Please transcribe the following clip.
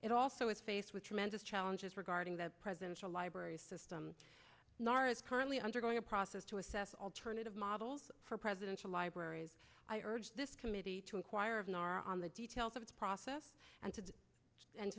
it also is faced with tremendous challenges regarding the presidential library system nor is currently undergoing a process to assess alternative models for presidential libraries i urge this committee to inquire of naran the details of its process and to and